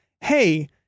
hey